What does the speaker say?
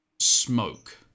smoke